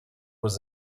was